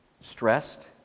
stressed